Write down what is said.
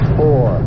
four